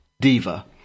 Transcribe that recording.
Diva